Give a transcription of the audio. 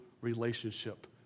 relationship